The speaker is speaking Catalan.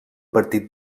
partit